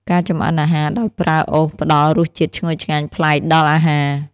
ការចម្អិនអាហារដោយប្រើអុសផ្ដល់រសជាតិឈ្ងុយឆ្ងាញ់ប្លែកដល់អាហារ។